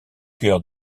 cœur